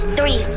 Three